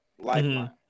Lifeline